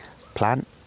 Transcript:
plant